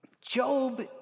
Job